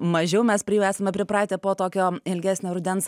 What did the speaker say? mažiau mes prie jų esame pripratę po tokio ilgesnio rudens